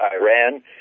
Iran